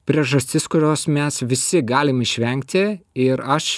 priežastis kurios mes visi galim išvengti aš